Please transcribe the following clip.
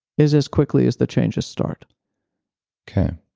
is as quickly as the changes start okay,